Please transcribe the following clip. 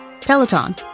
peloton